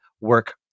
work